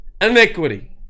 Iniquity